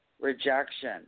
rejection